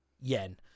yen